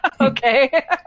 Okay